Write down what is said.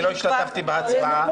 אני לא השתתפתי בהצבעה,